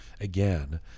again